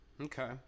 okay